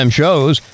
shows